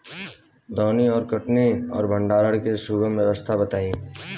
दौनी और कटनी और भंडारण के सुगम व्यवस्था बताई?